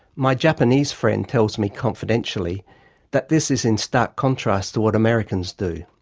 my japanese friend tells me confidentially that this is in stark contrast to what americans do.